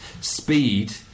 Speed